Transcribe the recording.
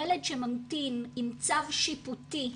ילד שממתין עם צו שיפוטי,